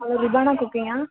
hello ரிதானா குக்கிங்கா